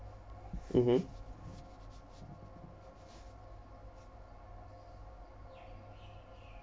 mmhmm